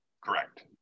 Correct